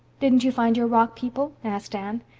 didn't you find your rock people? asked anne.